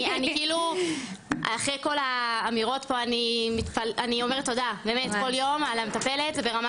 אני כאילו אחרי כל האמירות פה אני אומרת תודה על המטפלת זה ברמה